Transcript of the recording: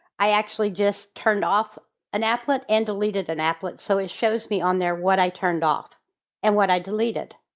i actually just turned off an applet and deleted an applet so it shows me on there what i turned off and what i deleted.